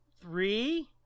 three